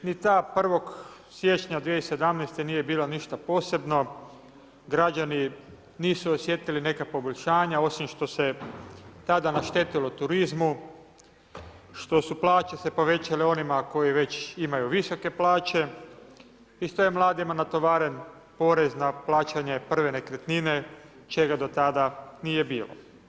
Ni ta 1. siječnja 2017. nije bila ništa posebno, građani nisu osjetili neka poboljšanja, osim što se tada naštetilo turizmu, što su plaće se povećale onima koji već imaju visoke plaće i što je mladima natovaren porez na plaćanje prve nekretnine, čega do tada nije bilo.